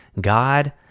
God